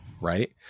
right